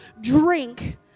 drink